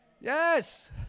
Yes